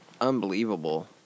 Unbelievable